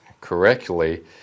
correctly